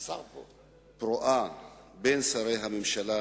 פרועה בין שרי הממשלה